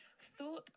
Thought